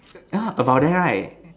oh about there right